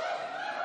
לוועדה